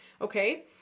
Okay